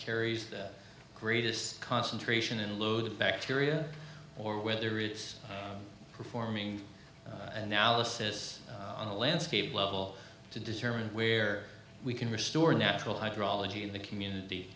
carries the greatest concentration and load bacteria or whether it's performing analysis on the landscape level to determine where we can restore natural hydrology in the community